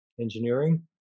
engineering